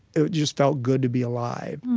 it just felt good to be alive.